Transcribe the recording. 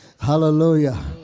Hallelujah